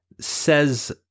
says